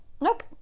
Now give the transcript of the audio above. Nope